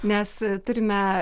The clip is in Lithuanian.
nes turime